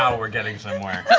um we're getting somewhere.